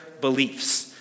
beliefs